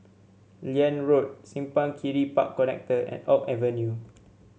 Liane Road Simpang Kiri Park Connector and Oak Avenue